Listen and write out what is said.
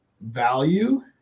value